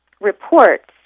reports